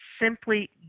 simply